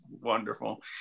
wonderful